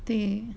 对